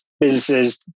businesses